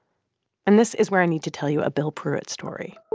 and this is where i need to tell you a bill pruitt story.